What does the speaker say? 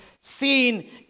seen